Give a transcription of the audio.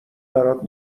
برات